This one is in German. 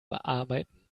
bearbeiten